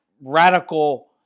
radical